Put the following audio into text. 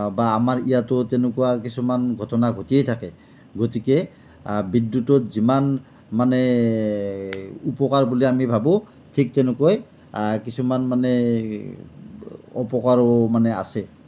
বা আমাৰ ইয়াতো তেনেকুৱা কিছুমান ঘটনা ঘটিয়েই থাকে গতিকে বিদ্যুতৰ যিমান মানে উপকাৰ বুলি আমি ভাবোঁ ঠিক তেনেকৈ কিছুমান মানে অপকাৰো মানে আছে